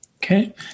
Okay